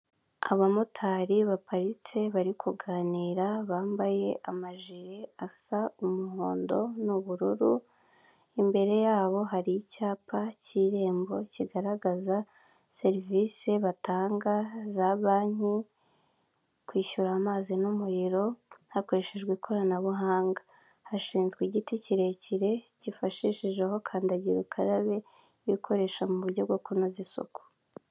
Abamotari baparitse bari kuganira bambaye amajire asa umuhondo n'ubururu, imbere yabo hari icyapa cy'irembo kigaragaza serivisi batanga za banki, kwishyura amazi n'umuriro hakoreshejwe ikoranabuhanga. Hashinzwe igiti kirekire cyifashishijeho kandagira ukarabe yo gukoresha mu buryo bwo kunoza isuku.